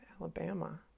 Alabama